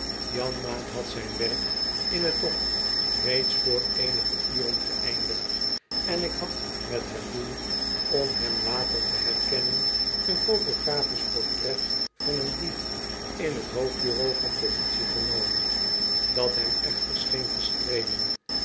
janmaat had zijn werk in t dok reeds voor eenige uren geëindigd en ik had met het doel om hem later te herkennen een photographisch portret van een dief in t hoofdbureau van politie genomen dat hem echter scheen te streclen